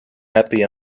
happy